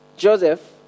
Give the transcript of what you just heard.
Joseph